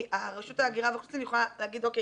רשות ההגירה והאוכלוסין יכולה להגיד אוקיי,